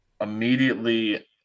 Immediately